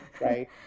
right